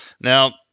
now